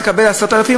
תקבל 10,000,